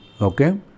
Okay